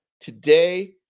today